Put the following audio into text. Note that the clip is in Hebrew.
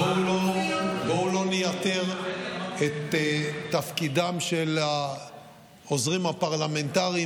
בואו לא נייתר את תפקידם של העוזרים הפרלמנטריים